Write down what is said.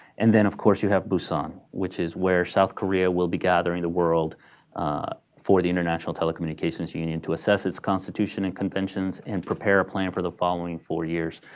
and then of course you have busan, which is where south korea will be gathering the world for the international telecommunications union to assess its constitution and conventions and prepare a plan for the following four years.